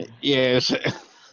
yes